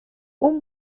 اون